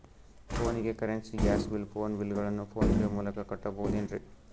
ಫೋನಿಗೆ currency, gas bill, phone bill ಗಳನ್ನು PhonePe ಮೂಲಕ ಕಟ್ಟಬಹುದೇನ್ರಿ?